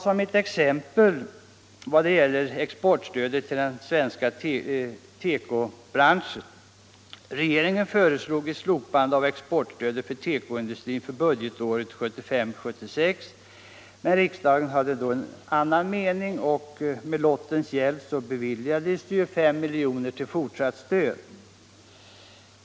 Som exempel kan vi ta exportstödet till de svenska tekoföretagen. Regeringen föreslog ett slopande av exportstödet för tekoindustrin för budgetåret 1975/76, men riksdagen hade då en annan mening, och med lottens hjälp beviljades 5 milj.kr. till fortsatt stöd.